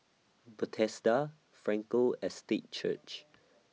Bethesda Frankel Estate Church